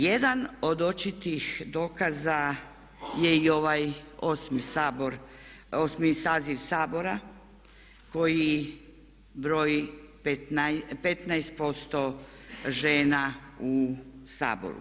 Jedan od očitih dokaza je i ovaj 8. saziv Sabora koji broji 15% žena u Saboru.